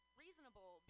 reasonable